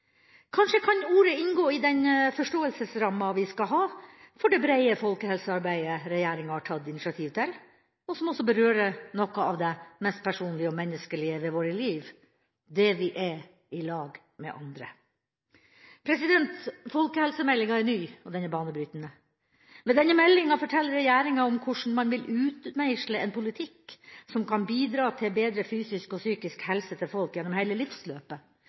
Kanskje kan ordet inngå i den forståelsesramma vi skal ha for det breie folkehelsearbeidet regjeringa har tatt initiativ til, og som også berører noe av det mest personlige og menneskelige ved våre liv: det vi er sammen med andre. Folkehelsemeldinga er ny, og den er banebrytende. Med denne meldinga forteller regjeringa om hvordan man vil utmeisle en politikk som kan bidra til bedre fysisk og psykisk helse for folk gjennom hele livsløpet,